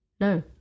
No